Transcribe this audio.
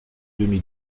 demi